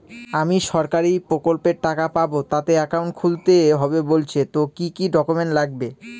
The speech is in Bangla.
আমি সরকারি প্রকল্পের টাকা পাবো তাতে একাউন্ট খুলতে হবে বলছে তো কি কী ডকুমেন্ট লাগবে?